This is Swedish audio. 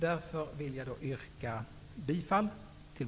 Därför vill jag yrka bifall till